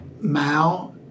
Mao